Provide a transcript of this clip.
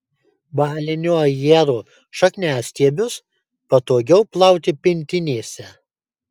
balinio ajero šakniastiebius patogiau plauti pintinėse